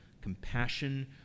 compassion